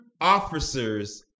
officers